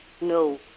No